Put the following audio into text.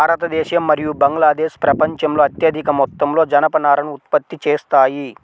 భారతదేశం మరియు బంగ్లాదేశ్ ప్రపంచంలో అత్యధిక మొత్తంలో జనపనారను ఉత్పత్తి చేస్తాయి